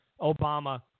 Obama